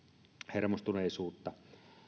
hermostuneisuutta